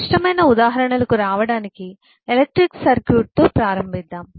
స్పష్టమైన ఉదాహరణలకు రావడానికి ఎలక్ట్రిక్ సర్క్యూట్తో ప్రారంభిద్దాం